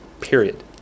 Period